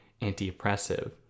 anti-oppressive